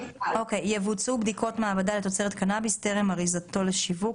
יבוצעו בדיקות מעבדה לתוצרת קנאביס טרם אריזתו לשיווק.